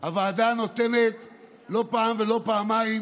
הוועדה נותנת לא פעם ולא פעמיים,